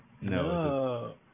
No